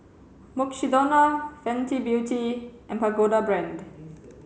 Mukshidonna Fenty Beauty and Pagoda Brand